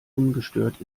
ungestört